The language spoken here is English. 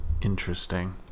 Interesting